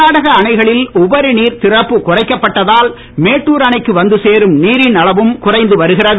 கர்நாடாக அணைகளில் உபரி நீர் திறப்பு குறைக்கப்பட்டதால் மேட்டூர் அணைக்கு வந்து சேரும் நீரின் அளவும் குறைந்து வருகிறது